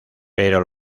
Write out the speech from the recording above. pero